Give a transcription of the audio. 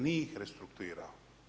Nije ih restrukturirao.